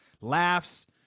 laughs